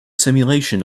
simulation